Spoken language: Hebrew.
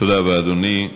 תודה רבה, אדוני.